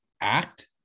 act